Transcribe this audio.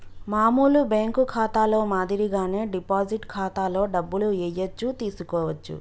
మామూలు బ్యేంకు ఖాతాలో మాదిరిగానే డిపాజిట్ ఖాతాలో డబ్బులు ఏయచ్చు తీసుకోవచ్చు